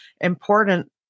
important